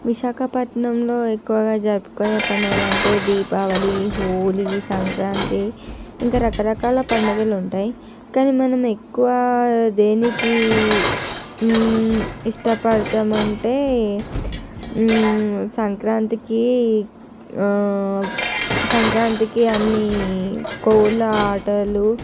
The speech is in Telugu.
విశాఖపట్నంలో ఎక్కువగా జరుపుకునే పండుగలు అంటే దీపావళి హోలీ సంక్రాంతి ఇంకా రకరకాల పండుగలు ఉంటాయి కానీ మనము ఎక్కువ దేనికి ఇష్టపడతాము అంటే సంక్రాంతికి సంక్రాంతికి అన్ని కోళ్ళ ఆటలు